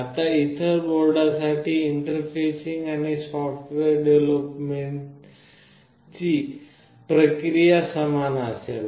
आता इतर बोर्डांसाठी इंटरफेसिंग आणि सॉफ्टवेअर डेव्हलपमेंटची प्रक्रिया समान असेल